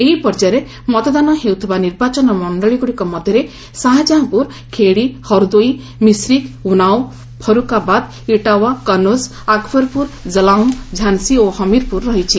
ଏହି ପର୍ଯ୍ୟାୟରେ ମତଦାନ ହେଉଥିବା ନିର୍ବାଚନ ମଣ୍ଡଳୀଗୁଡ଼ିକ ମଧ୍ୟରେ ଶାହାଜାହାଁପୁର ଖେଡି ହର୍ଦୋଇ ମିଶ୍ରିଖ ଉନାଓ ଫରୁଖାବାଦ ଇଟାୱା କନୌକ ଆକବର୍ପୁର କଲାୟୁଁ ଝାନ୍ସୀ ଓ ହମୀରପୁର ରହିଛି